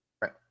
right